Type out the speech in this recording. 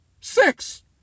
six